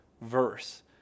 verse